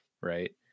right